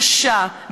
קשה,